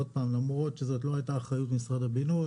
למרות שזאת לא הייתה אחריות משרד הבינוי.